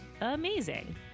amazing